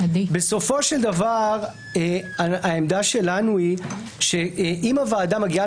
בסופו של דבר העמדה שלנו היא שאם הוועדה מגיעה